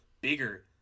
bigger